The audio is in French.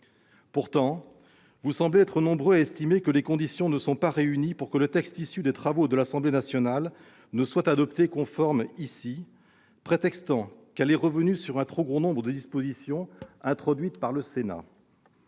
pourtant être nombreux à estimer que les conditions ne sont pas réunies pour que le texte issu des travaux de l'Assemblée nationale soit adopté conforme, et à déplorer que cette dernière soit revenue sur un trop grand nombre de dispositions introduites par le Sénat.